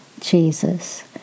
Jesus